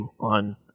on